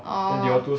orh